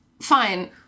Fine